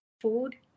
food